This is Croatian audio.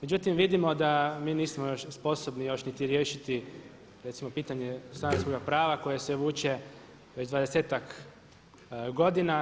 Međutim, vidimo da mi nismo još sposobni još niti riješiti recimo pitanje stanarskoga prava koje se vuče već dvadesetak godina.